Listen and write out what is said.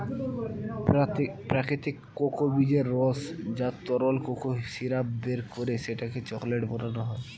প্রাকৃতিক কোকো বীজের রস বা তরল কোকো সিরাপ বের করে সেটাকে চকলেট বানানো হয়